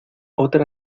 otra